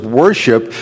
worship